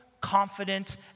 confident